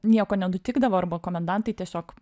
nieko nenutikdavo arba komendantai tiesiog